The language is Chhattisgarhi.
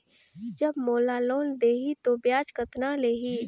जब मोला लोन देही तो ब्याज कतना लेही?